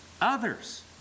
others